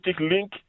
link